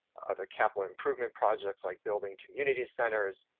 other capital improvement projects like building community centers,